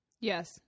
Yes